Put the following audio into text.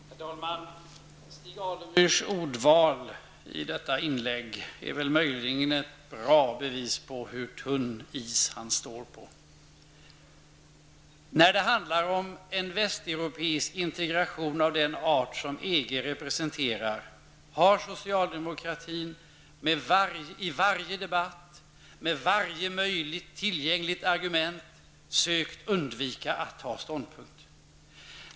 Herr talman! Stig Alemyrs ordval i detta inlägg är väl möjligen ett bra bevis på hur tunn is han står på. När det handlar om en västeuropeisk integration av den art som EG representerar har socialdemokratin i varje debatt, med varje möjligt tillgängligt argument, sökt undvika att ta ståndpunkt.